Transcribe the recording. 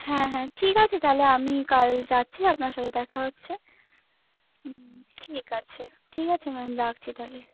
হ্যাঁ হ্যাঁ ঠিক আছে তাহলে আমি কাল যাচ্ছি আপনার সাথে দেখা হচ্ছে হুম ঠিক আছে ঠিক আছে ম্যাম রাখছি তাহলে